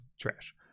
trash